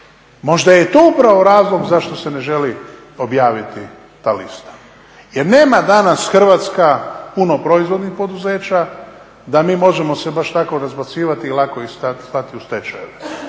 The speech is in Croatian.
Možda je i to upravo razlog zašto se ne želi objaviti ta lista. Jer nema danas Hrvatska puno proizvodnih poduzeća da mi možemo se baš tako razbacivati i lako ih slati u stečajeve.